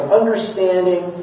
understanding